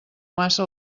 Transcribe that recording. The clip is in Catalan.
massa